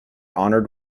honored